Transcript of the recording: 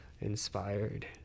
inspired